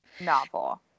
novel